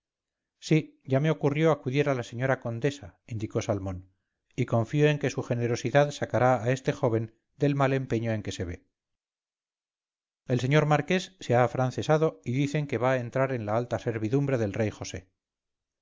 sí ya me ocurrió acudir a la señora condesa indicó salmón y confío en que su generosidad sacará a este joven del mal empeño en que se ve el señor marqués se ha afrancesado y dicen que va a entrar en la alta servidumbre del rey josé